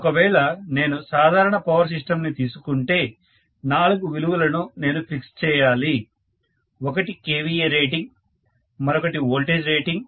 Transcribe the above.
ఒకవేళ నేను సాధారణ పవర్ సిస్టమ్ ని తీసుకుంటే నాలుగు విలువలను నేను ఫిక్స్ చేయాలి ఒకటి kVA రేటింగ్ మరొకటి వోల్టేజ్ రేటింగ్